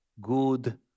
good